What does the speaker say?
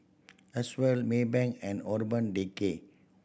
Acwell Maybank and Urban Decay